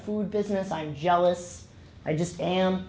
food business i'm jealous i just am